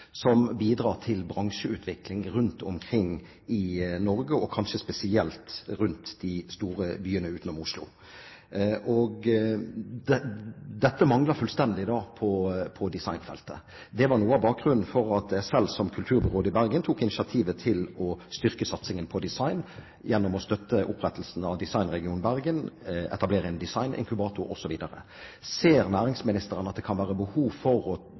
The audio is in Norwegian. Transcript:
som bidrar til bransjeutvikling rundt omkring i Norge, kanskje spesielt rundt de store byene utenom Oslo. Dette mangler fullstendig på designfeltet. Det var noe av bakgrunnen for at jeg selv som kulturbyråd i Bergen tok initiativet til å styrke satsingen på design gjennom å støtte opprettelsen av Design Region Bergen, etablere en designinkubator, osv. Ser næringsministeren at det kan være behov for å